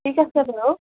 ঠিক আছে বাৰু